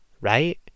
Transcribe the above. right